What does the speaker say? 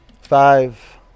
five